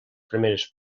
primeres